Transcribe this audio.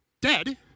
dead